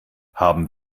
haben